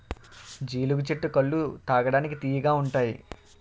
జీలుగు చెట్టు కల్లు తాగడానికి తియ్యగా ఉంతాయి